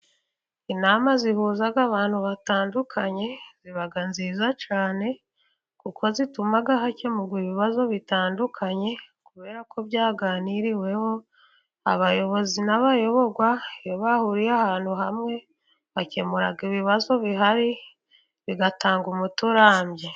Inama zihuza abantu batandukanye ziba nziza cyane, kuko zituma hakemurwa ibibazo bitandukanye kubera ko byaganiriweho, abayobozi n'abayoborwa bahuriye ahantu hamwe, bakemura ibibazo bihari bigatanga umuti urambye.